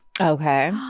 okay